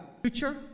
future